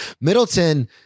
Middleton